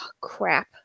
Crap